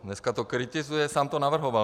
Dnes to kritizuje a sám to navrhoval.